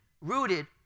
rooted